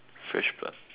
fresh plant